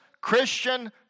Christian